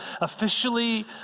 officially